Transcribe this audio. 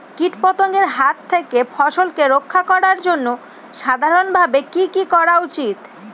কীটপতঙ্গের হাত থেকে ফসলকে রক্ষা করার জন্য সাধারণভাবে কি কি করা উচিৎ?